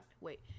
wait